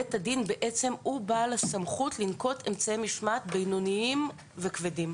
בית הדין הוא בעל הסמכות לנקוט אמצעי משמעת בינוניים וכבדים.